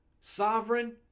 sovereign